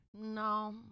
no